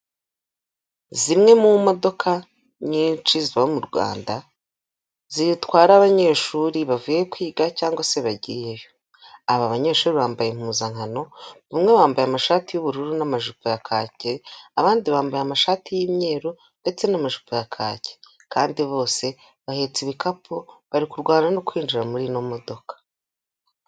Zimwe mu modoka nyinshi ziba mu Rwanda, zitwara abanyeshuri bavuye kwiga cyangwa se bagiyeyo, aba banyeshuri bambaye impuzankano, bamwe bambaye amashati y'ubururu n'amajipo ya kake, abandi bambaye amashati y'imweru ndetse n'amajipo ya kake kandi bose bahetse ibikapu, bari kurwana no kwinjira muri ino modoka.